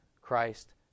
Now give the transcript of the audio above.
Christ